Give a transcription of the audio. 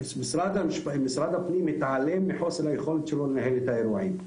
משרד הפנים מתעלם מחוסר היכולת שלו לנהל את האירועים.